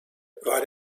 war